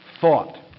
thought